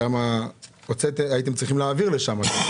לפיהן הייתם צריכים להעביר לשם.